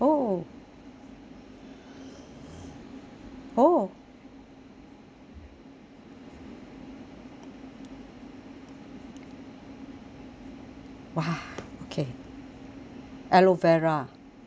oh !wah! okay aloe vera